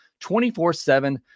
24-7